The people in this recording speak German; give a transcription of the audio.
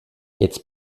jetzt